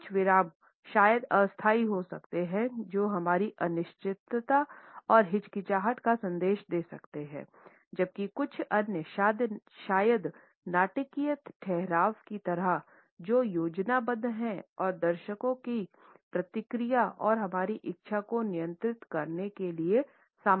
कुछ विराम शायद अस्थायी हो सकते हैं जो हमारी अनिश्चितता और हिचकिचाहट का संकेत दे सकते हैं जबकि कुछ अन्य शायद नाटकीय ठहराव की तरह जो योजनाबद्ध हैं और दर्शकों की प्रतिक्रिया और हमारी इच्छा को नियंत्रित करने के लिए सामग्री हैं